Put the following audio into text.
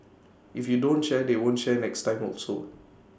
if you don't share they won't share next time also